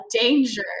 danger